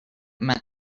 meant